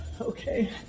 Okay